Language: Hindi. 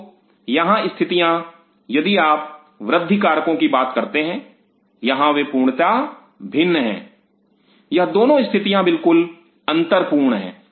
तो यहां स्थितियाँ यदि आप वृद्धि कारकों की बात करते हैं यहां वे पूर्णतया भिन्न है यह दोनों स्थितियाँ बिल्कुल अंतर पूर्ण हैं